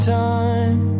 time